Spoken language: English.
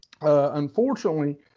Unfortunately